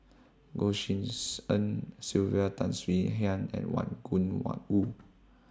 Goh Tshin En Sylvia Tan Swie Hian and Wang